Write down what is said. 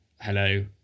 hello